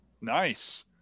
Nice